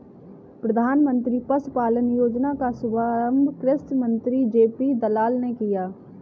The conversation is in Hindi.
प्रधानमंत्री पशुपालन योजना का शुभारंभ कृषि मंत्री जे.पी दलाल ने किया